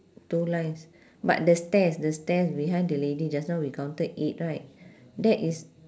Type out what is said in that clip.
two lines but the stairs the stairs behind the lady just now we counted eight right that is